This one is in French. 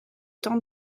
temps